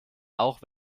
auch